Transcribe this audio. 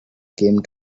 came